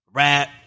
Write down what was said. rap